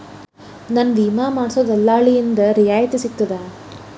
ನನ್ನ ವಿಮಾ ಮಾಡಿಸೊ ದಲ್ಲಾಳಿಂದ ರಿಯಾಯಿತಿ ಸಿಗ್ತದಾ?